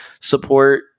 support